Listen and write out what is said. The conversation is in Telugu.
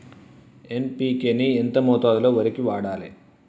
ఎన్.పి.కే ని ఎంత మోతాదులో వరికి వాడాలి?